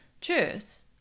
Truth